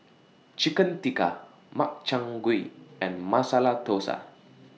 Chicken Tikka Makchang Gui and Masala Dosa